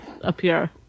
appear